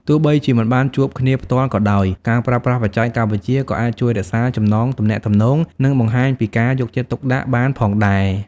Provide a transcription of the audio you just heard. ទោះបីជាមិនបានជួបគ្នាផ្ទាល់ក៏ដោយ ការប្រើប្រាស់បច្ចេកវិទ្យាក៏អាចជួយរក្សាចំណងទំនាក់ទំនង និងបង្ហាញពីការយកចិត្តទុកដាក់បានផងដែរ។